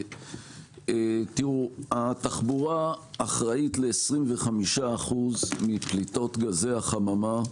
התחבורה אחראית ל-25% מפליטות גזי החממה.